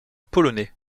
polonais